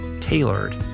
tailored